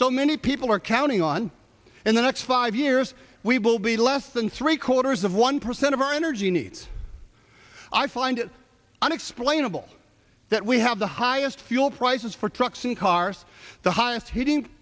so many people are counting on in the next five years we will be less than three quarters of one percent of our energy needs i find it unexplainable that we have the highest fuel prices for trucks and cars the highest heating